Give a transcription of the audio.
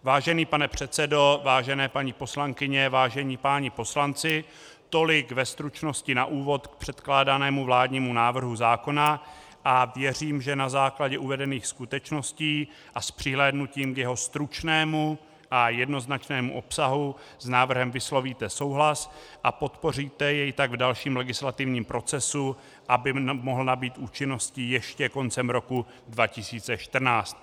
Vážený pane předsedo, vážené paní poslankyně, vážení páni poslanci, tolik ve stručnosti na úvod k předkládanému vládnímu návrhu zákona a věřím, že na základě uvedených skutečností a s přihlédnutím k jeho stručnému a jednoznačnému obsahu s návrhem vyslovíte souhlas a podpoříte jej tak v dalším legislativním procesu, aby mohl nabýt účinnosti ještě koncem roku 2014.